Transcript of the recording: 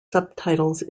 subtitles